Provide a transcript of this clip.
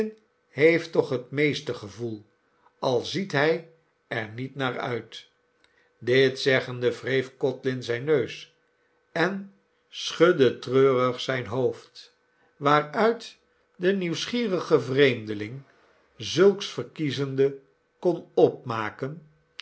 heeft toch het meeste gevoel al ziet hij er niet naar uit dit zeggende wreef codlin zijn neus en schudde treurig zijn hoofd waaruit denieuwsgierige vreemdeling zulks verkiezende kon opmaken